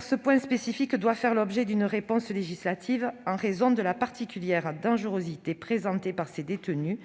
Ce point spécifique doit faire l'objet d'une réponse législative en raison de la particulière dangerosité que présentent ces détenus,